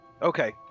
okay